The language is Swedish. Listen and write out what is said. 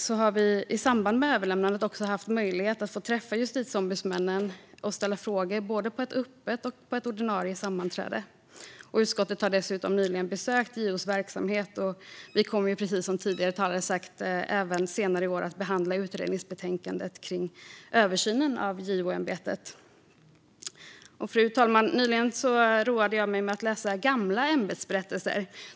Vi har i samband med överlämnandet också haft möjlighet att få träffa justitieombudsmännen och ställa frågor på både ett öppet och ett ordinarie sammanträde. Utskottet har dessutom nyligen besökt JO:s verksamhet. Vi kommer, precis som tidigare talare har sagt, även senare i år att behandla utredningsbetänkandet om översynen av JO-ämbetet. Fru talman! Nyligen roade jag mig med att läsa gamla ämbetsberättelser.